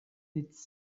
its